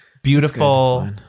Beautiful